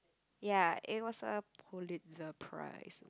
ya it was a Pulitzer Prizes